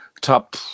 top